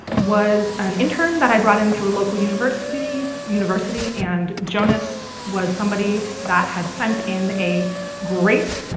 was an intern that i brought into a local university university and jonas was somebody that had sent in a great